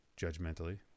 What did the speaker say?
judgmentally